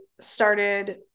started